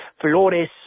Flores